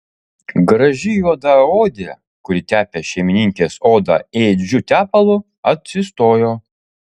graži juodaodė kuri tepė šeimininkės odą ėdžiu tepalu atsistojo